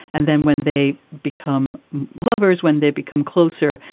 and then when they become lovers, when they become closer,